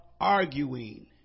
arguing